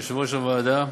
יושב-ראש הוועדה,